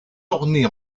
ornée